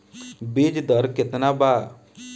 बीज दर केतना वा?